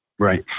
Right